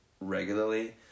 regularly